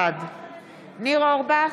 בעד ניר אורבך,